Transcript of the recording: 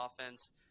offense